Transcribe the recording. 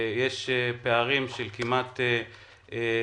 יש פערים של כמעט חצי